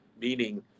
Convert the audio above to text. meaning